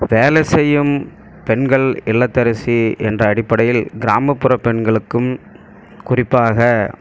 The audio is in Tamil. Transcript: வேலை செய்யும் பெண்கள் இல்லத்தரசி என்ற அடிப்படையில் கிராமப்புற பெண்களுக்கும் குறிப்பாக